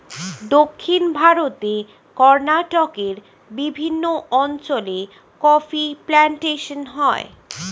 দক্ষিণ ভারতে কর্ণাটকের বিভিন্ন অঞ্চলে কফি প্লান্টেশন হয়